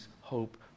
hope